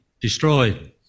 destroyed